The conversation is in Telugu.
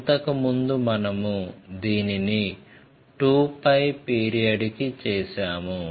ఇంతకుముందు మనము దీనిని 2π పీరియడ్ కి చేసాము